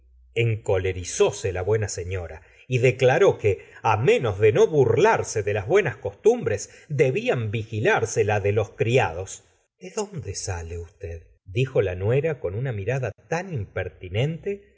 encolerizóse la buena sefiara y declaró que á menos de no burlarse de las buenas costumbres debían vigilarse las de los criados de dónde sale usted dijo la nuera con una irada tan impertinente